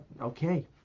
okay